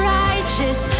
righteous